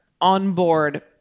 onboard